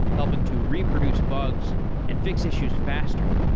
helping to reproduce bugs and fix issues faster.